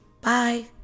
Bye